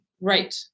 right